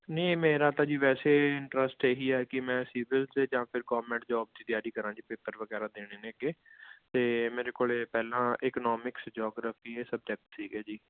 ਨਹੀਂ ਮੇਰਾ ਤਾਂ ਜੀ ਵੈਸੇ ਇੰਟਰਸਟ ਇਹ ਹੀ ਆ ਕਿ ਮੈਂ ਸਿਵਿਲ ਅਤੇ ਜਾਂ ਫਿਰ ਗੌਮੈਂਟ ਜੋਬ ਦੀ ਤਿਆਰੀ ਕਰਾਂ ਜੀ ਪੇਪਰ ਵਗੈਰਾ ਦੇਣੇ ਨੇ ਅੱਗੇ ਅਤੇ ਮੇਰੇ ਕੋਲ ਪਹਿਲਾਂ ਇਕਨੋਮਿਕਸ ਜੋਗਰਫੀ ਇਹ ਸਬਜੈਕਟ ਸੀਗੇ ਜੀ